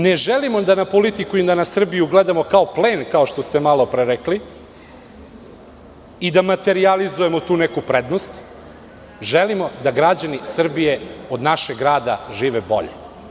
Ne želimo da na politiku i da na Srbiju gledamo kao plen, kao što ste malopre rekli i da materijalizujemo tu neku prednost, želimo da građani Srbije od našeg rada žive bolje.